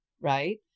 right